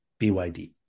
BYD